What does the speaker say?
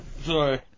Sorry